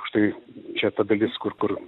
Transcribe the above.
štai čia ta dalis kur kur